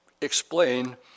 explain